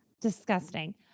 Disgusting